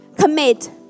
commit